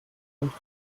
kommst